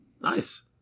Nice